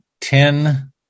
ten